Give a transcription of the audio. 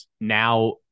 now